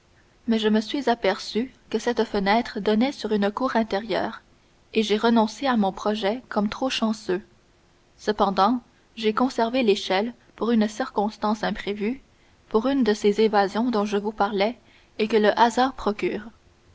mais je me suis aperçu que cette fenêtre donnait sur une cour intérieure et j'ai renoncé à mon projet comme trop chanceux cependant j'ai conservé l'échelle pour une circonstance imprévue pour une de ces évasions dont je vous parlais et que le hasard procure